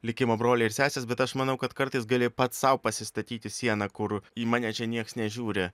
likimo broliai ir sesės bet aš manau kad kartais gali pats sau pasistatyti sieną kur į mane čia nieks nežiūri